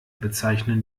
bezeichnen